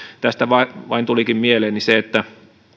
tästä vain vain tulikin mieleeni se että